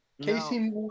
Casey